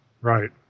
Right